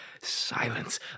silence